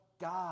God